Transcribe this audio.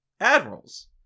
admirals